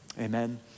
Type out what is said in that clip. Amen